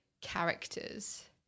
characters